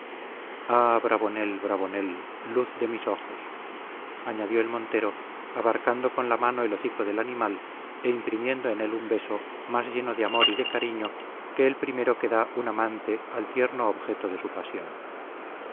con los dientes ah bravonel bravonel luz de mis ojos añadió el montero abarcando con la mano el hocico del animal e imprimiendo en él un beso más lleno de amor y de cariño que el primero que da un amante al tierno objeto de su pasión